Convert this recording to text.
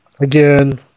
again